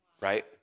right